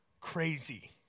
crazy